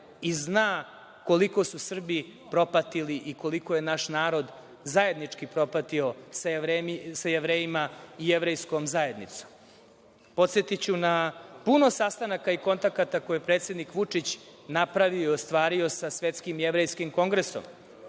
i zna koliko su Srbi propatili i koliko je naš narod zajednički propati sa Jevrejima i Jevrejskom zajednicom. Podsetiću na puno sastanaka i kontakata koje predsednik Vučić napravio i ostvario sa Svetskim jevrejskim kongresom,